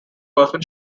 person